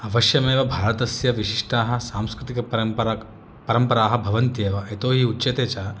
अवश्यमेव भारतस्य विशिष्टाः सांस्कृतिकपरम्परा परम्पराः भवन्त्येव यतो हि उच्यते च